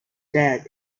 dead